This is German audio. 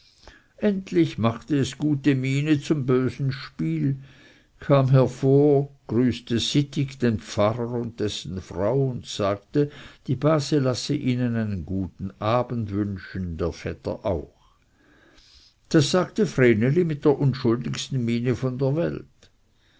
endlich machte es gute miene zum bösen spiel kam hervor grüßte sittig den pfarrer und dessen frau und sagte die base lasse ihnen guten abend wünschen der vetter auch das sagte vreneli mit der unschuldigsten miene von der welt